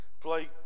play